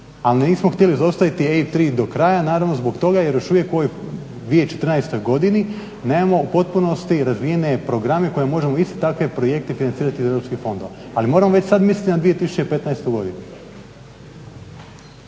Ali nismo htjeli zaustaviti EIB 3 do kraja, naravno zbog toga jer još uvijek u ovoj 2014. godini nemamo u potpunosti razvijene programe koje možemo isto takve projekte financirati iz europskih fondova, ali moramo već sad misliti na 2015. godinu.